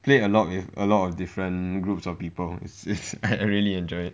play a lot with a lot of different groups of people it's I really enjoy it